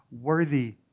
worthy